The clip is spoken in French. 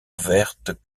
vertes